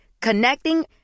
Connecting